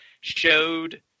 showed